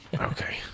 okay